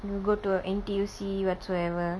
you go to a N_T_U_C whatsoever